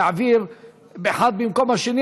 להעביר אחד במקום השני,